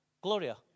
Gloria